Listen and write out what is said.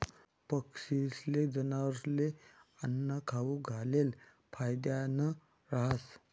पक्षीस्ले, जनावरस्ले आन्नं खाऊ घालेल फायदानं रहास